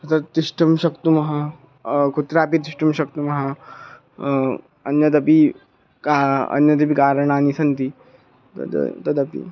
तत् तिष्ठति शक्नुमः कुत्रापि तिष्ठति शक्नुमः अन्यदपि कानि अन्यानि अपि कारणानि सन्ति तद् तदपि